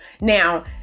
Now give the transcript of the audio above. Now